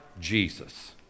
Jesus